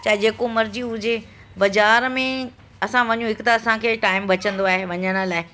चाहे जेको मर्ज़ी हुजे बाज़ारि में असां वञू हिकु त असांखे टाइम बचंदो आहे वञण लाइ